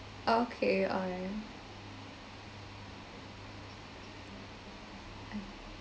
okay I